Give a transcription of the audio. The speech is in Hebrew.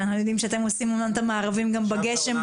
אנחנו יודעים שאתם עושים אמנם את המארבים גם בגשם,